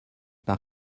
par